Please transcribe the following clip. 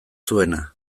zuena